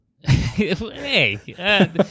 Hey